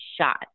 shot